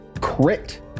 crit